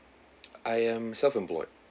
I am self-employed